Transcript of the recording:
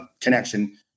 connection